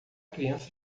criança